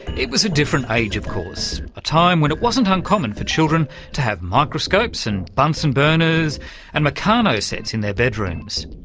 it was a different age of course a time when it wasn't uncommon for children to have microscopes and bunsen burners and meccano sets in their bedrooms.